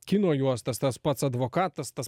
kino juostas tas pats advokatas tas